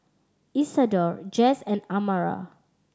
Isidor Jess and Amara